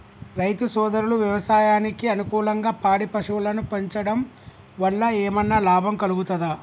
రైతు సోదరులు వ్యవసాయానికి అనుకూలంగా పాడి పశువులను పెంచడం వల్ల ఏమన్నా లాభం కలుగుతదా?